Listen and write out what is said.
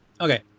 Okay